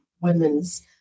women's